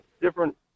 different